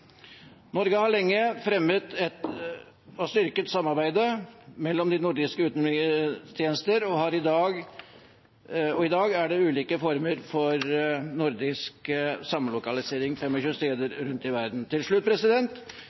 Norge har lenge fremmet og styrket samarbeidet mellom de nordiske utenrikstjenester. I dag er det ulike former for nordisk samlokalisering på rundt 25 steder i verden. Til slutt